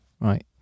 Right